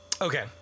Okay